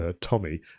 Tommy